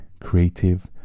creative